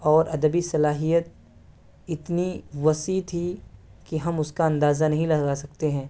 اور ادبی صلاحیت اتنی وسیع تھی کہ ہم اس کا اندازہ نہیں لگا سکتے ہیں